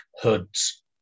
hoods